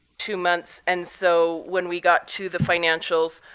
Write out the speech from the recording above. two months. and so when we got to the financials,